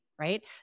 right